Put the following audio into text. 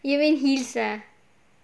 you mean heels ah